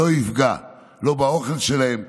לא יפגע לא באוכל שלהם,